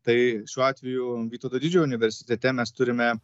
tai šiuo atveju vytauto didžiojo universitete mes turime